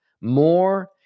more